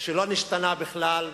שלא נשתנה בכלל.